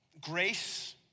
grace